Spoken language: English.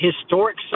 historic